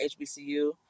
HBCU